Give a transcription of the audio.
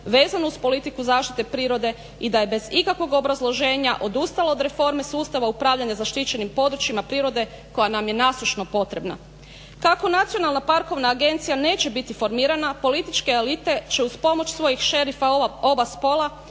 vezano uz politiku zaštite prirode i da je bez ikakvog obrazloženja odustala od reforme sustava upravljanja zaštićenim područjima prirode koja nam je nasušno potrebna. Kako Nacionalna parkovna agencija neće biti formirana političke elite će uz pomoć svojih šerifa oba spola